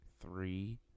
three